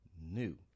new